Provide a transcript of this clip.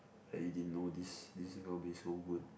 like you didn't know this this is gonna be so good